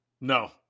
No